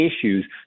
issues